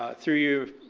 ah through you,